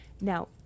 Now